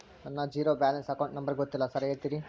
ನನ್ನ zero balance account number ಗೊತ್ತಿಲ್ಲ sir ಹೇಳ್ತೇರಿ?